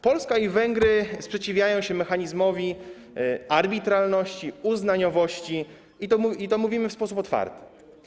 Polska i Węgry sprzeciwiają się mechanizmowi arbitralności, uznaniowości i mówimy to w sposób otwarty.